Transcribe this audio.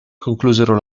conclusero